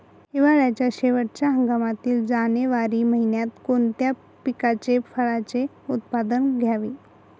हिवाळ्याच्या शेवटच्या हंगामातील जानेवारी महिन्यात कोणत्या पिकाचे, फळांचे उत्पादन घ्यावे?